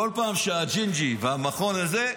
בכל פעם שהג'ינג'י והמכון הזה,